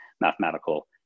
Mathematical